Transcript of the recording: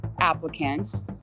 applicants